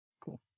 Cool